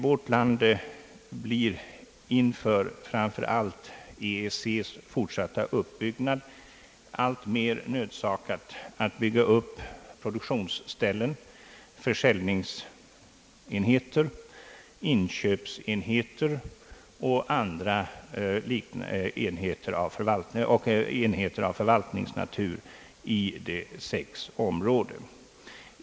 Vårt land blir inför framför allt EEC:s fortsatta utveckling alltmer nödsakat att bygga upp produktionsställen, — försäljningsenheter, inköpsenheter och enheter av förvaltningsnatur inom De sex” område.